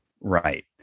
Right